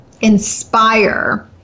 inspire